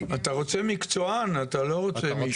אתה רוצה מקצוען, אתה לא רוצה מישהו.